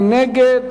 מי נגד?